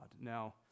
now